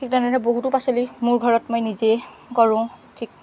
ঠিক তেনেদৰে বহুতো পাচলি মোৰ ঘৰত মই নিজেই কৰোঁ ঠিক